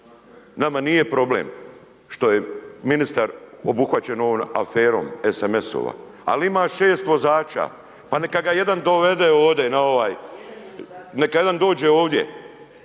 Nama nije problem što je ministar obuhvaćen ovom aferom SMS-ova, ali ima 6 vozača. Pa neka ga jedan dovede ovdje na ovaj, neka nam dođe ovdje.